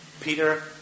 Peter